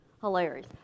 Hilarious